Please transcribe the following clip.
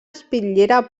espitllera